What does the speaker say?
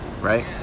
right